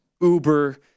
uber